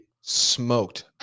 smoked